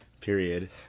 period